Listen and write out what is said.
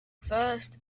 first